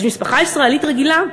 אז משפחה ישראלית רגילה,